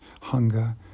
hunger